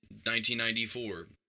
1994